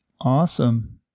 Awesome